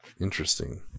interesting